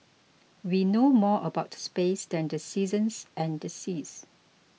we know more about space than the seasons and the seas